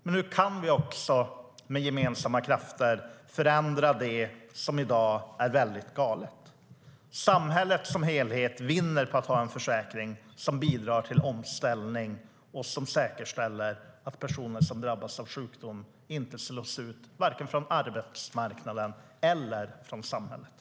Och hur kan vi med gemensamma krafter förändra det som i dag är väldigt galet?